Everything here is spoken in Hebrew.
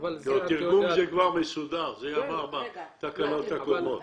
התרגום זה כבר מסודר, זה עבר בתקנות הקודמות.